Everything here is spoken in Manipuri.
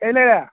ꯀꯩ ꯂꯩꯔꯦ